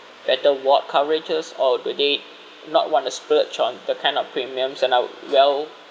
better ward coverages or do they not want to splurge on that kind of premiums and I well